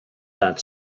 that